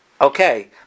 okay